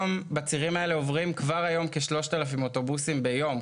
בצירים האלה עוברים כבר היום כ-3,000 אוטובוסים ביום,